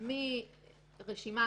מרשימה